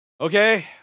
okay